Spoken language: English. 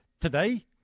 today